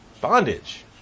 bondage